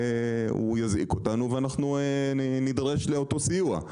הוא יזעיק אותנו ואנחנו נידרש לאותו סיוע.